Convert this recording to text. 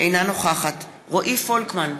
אינה נוכחת רועי פולקמן,